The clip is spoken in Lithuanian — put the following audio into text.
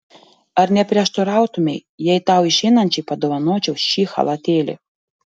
ar neprieštarautumei jei tau išeinančiai padovanočiau šį chalatėlį